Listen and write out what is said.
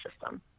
system